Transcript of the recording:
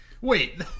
Wait